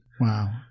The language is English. Wow